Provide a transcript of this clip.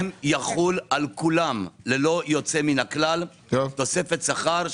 ההסכם יחול על כולם ללא יוצא מן הכלל, תוספת שכר.